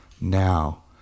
now